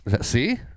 See